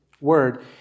word